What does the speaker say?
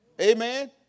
Amen